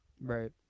Right